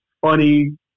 funny